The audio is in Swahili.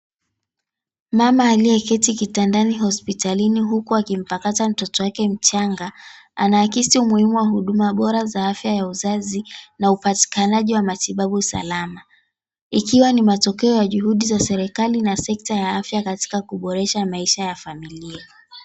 Mama aliyeketi kitandani hospitalini huku akimpakata mtoto wake mchanga, anaakisi umuhimu wa huduma bora za afya ya uzazi na upatikanaji wa matibabu salama, ikiwa ni matokeo ya juhidi za serikali na sekta ya afya katika kuboresha maisha ya familia.